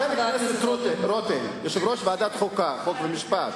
חבר הכנסת רותם, יושב-ראש ועדת חוקה, חוק ומשפט,